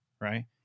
right